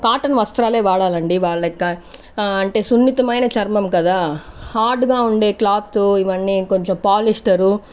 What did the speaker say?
cotton వస్త్రాలే వాడాలండి వాళ్ళకి సున్నితమైన చర్మం కదా హార్డ్ గా ఉండే క్లాత్ ఇవన్నీ కొన్ని పాలిస్టరు